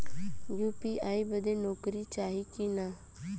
UPI बदे नौकरी चाही की ना?